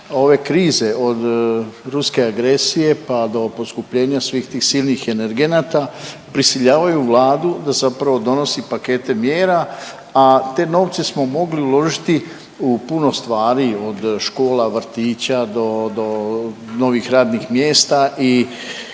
ove krize od ruske agresije pa do poskupljenja svih tih silnih energenta prisiljavaju Vladu da zapravo donosi pakete mjera, a te novce smo mogli uložiti u puno stvari od škola, vrtića do, do novih radnim mjesta